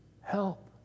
help